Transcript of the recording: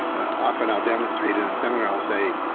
often i'll demonstrate in a seminar. i'll say,